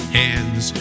hands